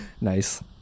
nice